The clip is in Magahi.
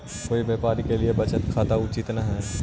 कोई व्यापारी के लिए बचत खाता उचित न हइ